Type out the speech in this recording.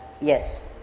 yes